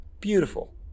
beautiful